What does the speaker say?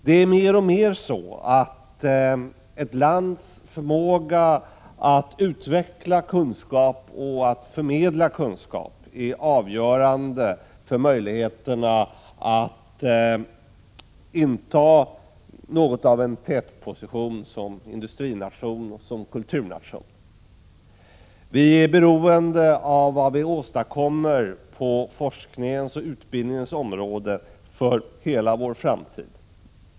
Det är mer och mer så att ett lands förmåga att utveckla och förmedla kunskap är avgörande för möjligheterna att inta något av en tätposition som industrination och som kulturnation. Vi är beroende av vad vi åstadkommer på forskningens och utbildningens område för hela vår framtid.